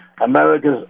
America's